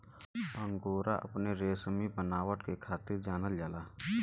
angora अपने रेसमी बनावट के खातिर जानल जाला